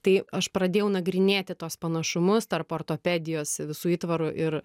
tai aš pradėjau nagrinėti tuos panašumus tarp ortopedijos visų įtvarų ir